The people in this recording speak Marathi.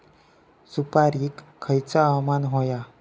सुपरिक खयचा हवामान होया?